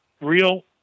real